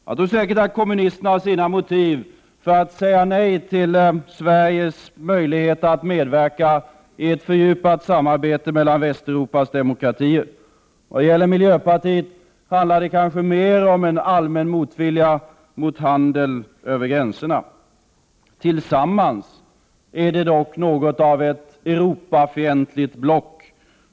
Jag tror säkert att kommunisterna har sina motiv för att säga nej till Sveriges möjligheter att medverka i ett fördjupat samarbete mellan Västeuropas demokratier. När det gäller miljöpartiet handlar det kanske mer om en allmän motvilja mot handel över gränserna. Tillsammans utgör de dock något av ett Europafientligt block.